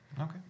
Okay